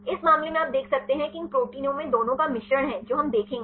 इस मामले में आप देख सकते हैं कि इन प्रोटीनों में दोनों का मिश्रण है जो हम देखेंगे